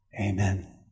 Amen